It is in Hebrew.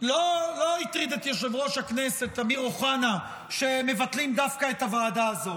לא הטריד את יושב-ראש הכנסת אמיר אוחנה שמבטלים דווקא את הוועדה הזו.